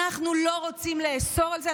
אנחנו לא רוצים לאסור על זה.